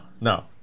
no